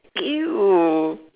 !eww!